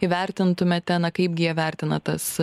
įvertintumėte na kaipgi jie vertina tas